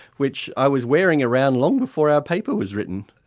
which i was wearing around long before our paper was written.